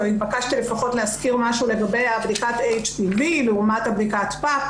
או התבקשתי לפחות להזכיר משהו לגבי בדיקת ה-HPV לעומת בדיקת הפאפ.